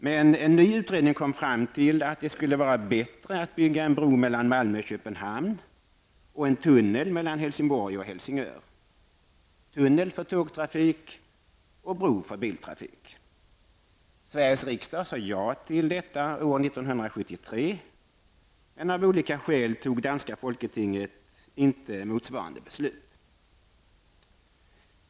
Men en ny utredning kom fram till att det skulle vara bättre att bygga en bro mellan Malmö och Köpenhamn och en tunnel mellan Helsingborg och Helsingör, tunnel för tågtrafik och bro för biltrafik. Sveriges riksdag sade ja till detta år 1973, men av olika skäl tog danska folketinget inte motsvarande beslut.